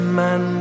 man